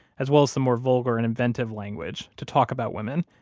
as well as some more vulgar and inventive language to talk about women.